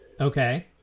Okay